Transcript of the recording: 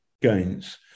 gains